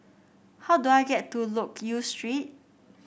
how do I get to Loke Yew Street